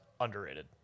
underrated